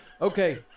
Okay